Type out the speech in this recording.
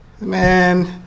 man